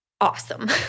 Awesome